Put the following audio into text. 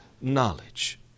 knowledge